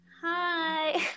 hi